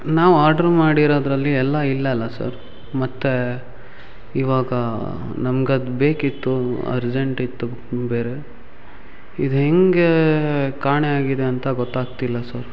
ನಾವು ಆರ್ಡ್ರು ಮಾಡಿರೋದ್ರಲ್ಲಿ ಎಲ್ಲ ಇಲ್ವಲ್ಲ ಸರ್ ಮತ್ತು ಇವಾಗ ನಮ್ಗೆ ಅದು ಬೇಕಿತ್ತು ಅರ್ಜೆಂಟ್ ಇತ್ತು ಬೇರೆ ಇದು ಹೇಗೇ ಕಾಣೆಯಾಗಿದೆ ಅಂತ ಗೊತ್ತಾಗ್ತಿಲ್ಲ ಸರ್